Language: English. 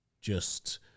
just-